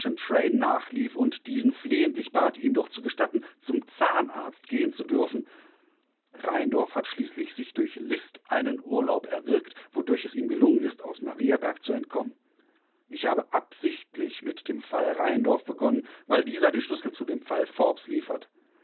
chantraine nachlief und diesen flehentlich bat ihm doch zu gestatten zum zahnarzt gehen zu dürfen rheindorf hat schließlich sich durch list einen urlaub erwirkt wodurch es ihm gelungen ist aus mariaberg zu entkommen ich habe absichtlich mit dem fall rheindorf begonnen weil dieser den schlüssel zu dem fall forbes liefert